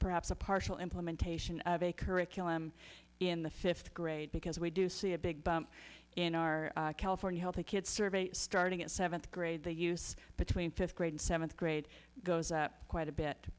perhaps a partial implementation of a curriculum in the fifth grade because we do see a big in our california helping kids survey starting at seventh grade they use but tween fifth grade seventh grade goes up quite a bit